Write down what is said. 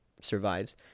survives